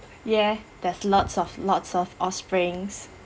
ya there's lots of lots of offsprings